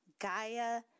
Gaia